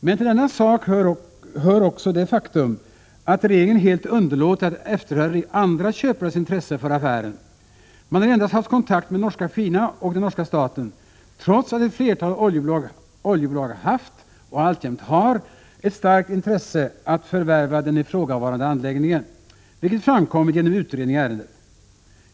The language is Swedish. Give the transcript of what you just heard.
Men till denna sak hör också det faktum att regeringen helt underlåtit att efterhöra andra köpares intresse för affären. Man har endast haft kontakt med Norske Fina A/S och den norska staten, trots att ett flertal oljebolag haft —- och alltjämt har — ett starkt intresse av att förvärva den ifrågavarande anläggningen, vilket framkommit genom utredning av ärendet.